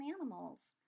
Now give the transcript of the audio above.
animals